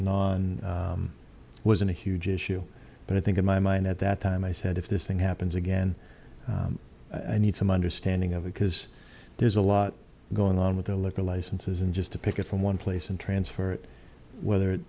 non wasn't a huge issue but i think in my mind at that time i said if this thing happens again i need some understanding of it because there's a lot going on with the little licenses and just to pick it from one place and transfer it whether it's